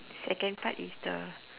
second part is the